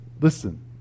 Listen